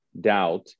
doubt